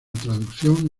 traducción